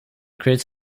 creates